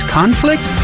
conflict